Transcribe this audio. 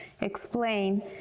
explain